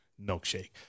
milkshake